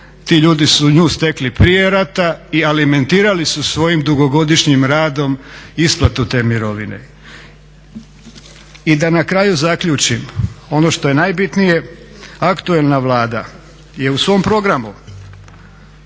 ti ljudi su nju stekli prije rata i alimentirali su svojim dugogodišnjim radom isplatu te mirovine. I da na kraju zaključim, ono što je najbitnije, aktualna Vlada je u svom programu